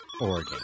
Oregon